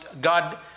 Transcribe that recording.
God